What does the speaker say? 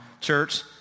Church